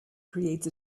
creates